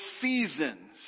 seasons